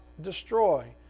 destroy